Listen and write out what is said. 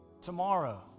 tomorrow